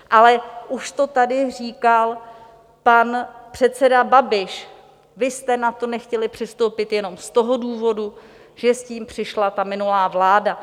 Ale už to tady říkal pan předseda Babiš, vy jste na to nechtěli přistoupit jenom z toho důvodu, že s tím přišla ta minulá vláda.